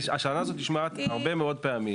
השאלה הזאת נשמעת הרבה פעמים.